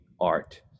art